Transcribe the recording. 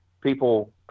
people